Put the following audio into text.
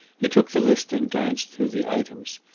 he took the list and glanced through the items.